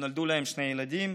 ונולדו להם שני ילדים.